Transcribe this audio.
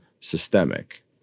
systemic